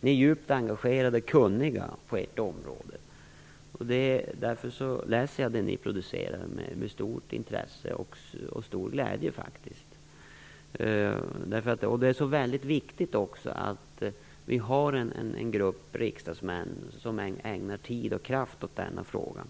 Ni är djupt engagerade och kunniga på ert område. Därför läser jag det ni producerar med stort intresse och stor glädje. Det är väldigt viktigt att en grupp riksdagsmän ägnar tid och kraft åt denna fråga.